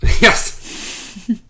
Yes